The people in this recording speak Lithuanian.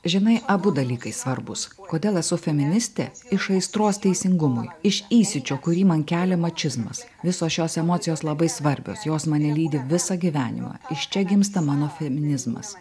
žinai abu dalykai svarbūs kodėl esu feministė iš aistros teisingumui iš įsiūčio kurį man kelia mačizmas visos šios emocijos labai svarbios jos mane lydi visą gyvenimą iš čia gimsta mano feminizmas